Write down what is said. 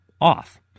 off